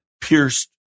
pierced